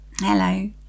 hello